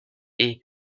est